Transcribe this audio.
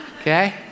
Okay